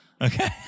Okay